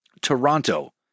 Toronto